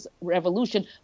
Revolution